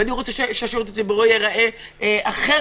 ואני רוצה שהשירות הציבורי ייראה אחר